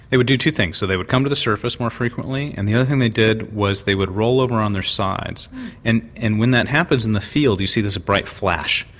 they would do two things, so they would come to the surface more frequently, and the other thing they did is they would roll over on their sides and and when that happens in the field you see this bright flash,